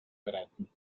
bereiten